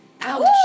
Ouch